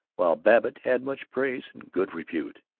while babbitt had much praise and good repute.